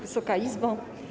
Wysoka Izbo!